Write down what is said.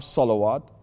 salawat